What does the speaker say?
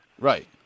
Right